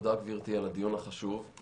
תודה גברתי על הדיון החשוב,